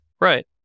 Right